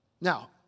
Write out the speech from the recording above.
Now